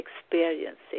experiencing